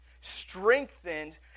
strengthened